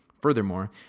furthermore